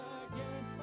again